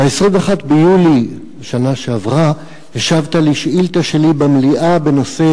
ב-21 ביולי בשנה שעברה השבת על שאילתא שלי במליאה בנושא